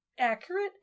accurate